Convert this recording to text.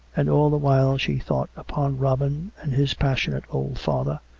and all the while she thought upon robin, and his passionate old father,